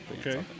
Okay